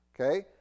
Okay